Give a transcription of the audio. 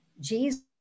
Jesus